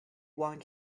one